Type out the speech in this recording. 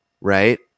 right